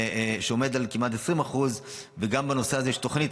שעומדת על כמעט 20%. גם בנושא הזה יש תוכנית